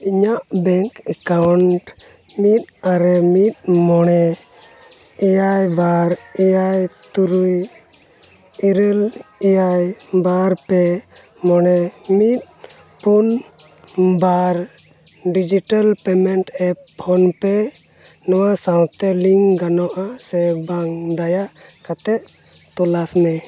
ᱤᱧᱟᱹᱜ bank account ᱢᱤᱫ ᱟᱨᱮ ᱢᱤᱫ ᱢᱚᱬᱮ ᱮᱭᱟᱭ ᱵᱟᱨ ᱮᱭᱟᱭ ᱛᱩᱨᱩᱭ ᱤᱨᱟᱹᱞ ᱮᱭᱟᱭ ᱵᱟᱨ ᱯᱮ ᱢᱚᱬᱮ ᱢᱤᱫ ᱯᱩᱱ ᱵᱟᱨ ᱰᱤᱡᱤᱴᱮᱞ ᱯᱮᱢᱮᱱᱴ ᱮᱯ ᱯᱷᱳᱱᱯᱮ ᱱᱚᱣᱟ ᱥᱟᱶᱛᱮ ᱞᱤᱝᱠ ᱜᱟᱱᱚᱜᱼᱟ ᱥᱮ ᱵᱟᱝ ᱫᱟᱭᱟ ᱠᱟᱛᱮᱫ ᱛᱚᱞᱟᱥ ᱢᱮ